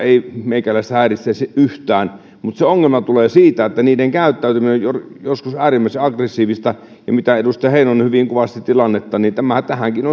meikäläistä häiritsisi yhtään mutta ongelma tulee siitä että niiden käyttäytyminen on joskus äärimmäisen aggressiivista kuten edustaja heinonen hyvin kuvasi tilannetta ja tähänkin